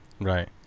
Right